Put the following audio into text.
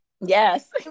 yes